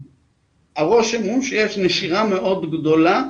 והרושם הוא שיש נשירה מאוד גדולה.